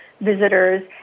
visitors